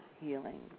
healing